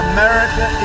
America